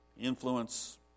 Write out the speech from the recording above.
Influence